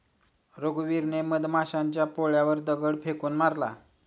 रघुवीरने मधमाशांच्या पोळ्यावर दगड फेकून मारला